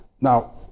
Now